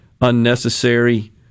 unnecessary